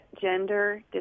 gender